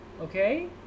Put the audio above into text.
Okay